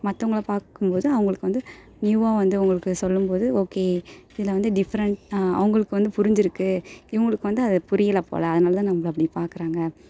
மற்றவங்கள பார்க்கும் போது அவங்களுக்கு வந்து நியூவாக வந்து உங்களுக்கு சொல்லும் போது ஓகே இதில் வந்து டிஃப்ரண்ட் அவங்களுக்கு வந்து புரிஞ்சுருக்கு இவங்களுக்கு வந்து அது புரியல போல அதனால தான் நம்மள அப்படி பார்க்குறாங்க